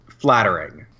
flattering